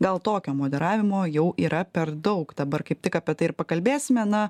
gal tokio moderavimo jau yra per daug dabar kaip tik apie tai ir pakalbėsime na